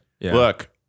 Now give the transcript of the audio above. Look